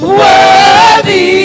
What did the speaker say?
Worthy